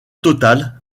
total